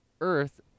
earth